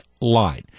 line